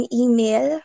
email